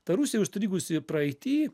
ta rusija užstrigusi praeity